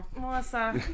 Melissa